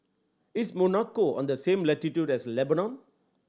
is Monaco on the same latitude as Lebanon